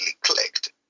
clicked